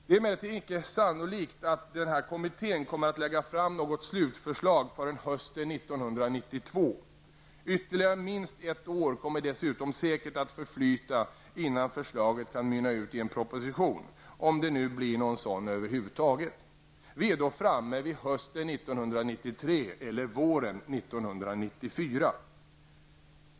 Det är emellertid inte sannolikt att denna kommitté kommer att lägga fram något slutförslag förrän hösten 1992. Ytterligare minst ett år kommer dessutom säkert att förflyta innan förslaget kan mynna ut i en proposition -- om det nu blir någon sådan över huvud taget. Vi är då framme vid hösten 1993 eller våren 1994.